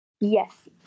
Yes